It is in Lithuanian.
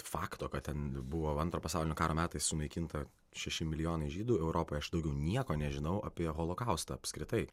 fakto kad ten buvo antro pasaulinio karo metais sunaikinta šeši milijonai žydų europoje aš daugiau nieko nežinau apie holokaustą apskritai